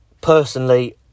Personally